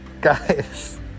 Guys